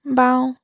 বাওঁ